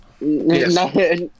Yes